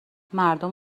مردم